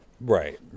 Right